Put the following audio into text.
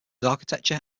architecture